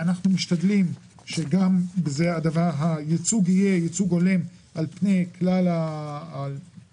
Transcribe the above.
אנחנו משתדלים שהייצוג יהיה ייצוג הולם על פני כלל הבכירויות